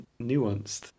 nuanced